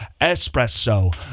Espresso